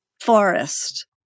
forest